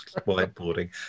whiteboarding